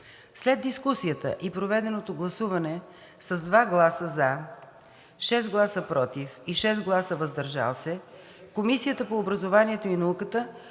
След дискусията и проведеното гласуване с 2 гласа „за“, 6 гласа „против“ и 6 гласа „въздържали се“ Комисията по образованието и науката